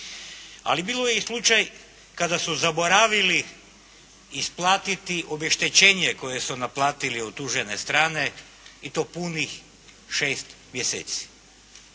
Ali bio je i slučaj kada su zaboravili isplatiti obeštećenje koje su naplatili od tužene strane i to punih šest mjeseci.